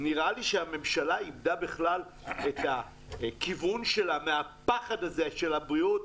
נראה לי שהממשלה איבדה בכלל את הכיוון שלה מהפחד הזה של הבריאות,